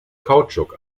kautschuk